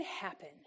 happen